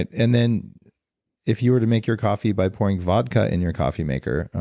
and and then if you were to make your coffee by pouring vodka in your coffee maker,